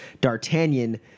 D'Artagnan